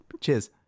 Cheers